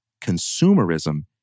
Consumerism